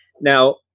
Now